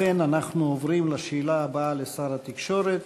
לכן אנחנו עוברים לשאלה הבאה לשר התקשורת,